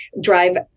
drive